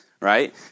right